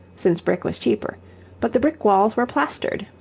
since brick was cheaper but the brick walls were plastered,